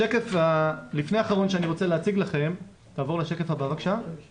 השקף לפני האחרון שאני רוצה להציג לכם, זה כן